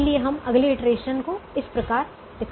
इसलिए हम अगले इटरेशन को इस प्रकार दिखाते हैं